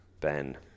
Ben